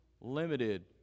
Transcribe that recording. limited